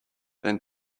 than